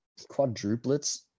quadruplets